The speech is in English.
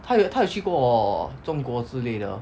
他有他有去过中国之类的